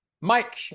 Mike